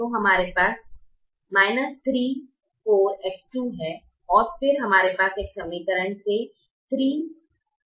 तो हमारे पास 3 4 X2 है और फिर हमारे पास इस समीकरण से 3 4 X4 है